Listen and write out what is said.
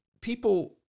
people